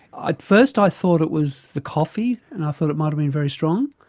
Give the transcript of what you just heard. ah at first i thought it was the coffee and i thought it might have been very strong.